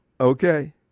Okay